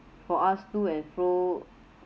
for us to and fro